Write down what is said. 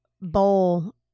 bowl